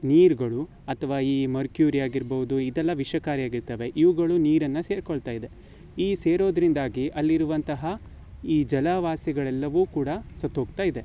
ನೀರುಗಳು ಅಥವಾ ಈ ಮರ್ಕ್ಯೂರಿ ಆಗಿರ್ಬೋದು ಇದೆಲ್ಲ ವಿಷಕಾರಿ ಆಗಿರ್ತವೆ ಇವುಗಳು ನೀರನ್ನು ಸೇರಿಕೊಳ್ತಾ ಇದೆ ಈ ಸೇರೋದರಿಂದಾಗಿ ಅಲ್ಲಿರುವಂತಹ ಈ ಜಲವಾಸಿಗಳಲ್ಲೆವೂ ಕೂಡ ಸತ್ತೋಗ್ತಾ ಇದೆ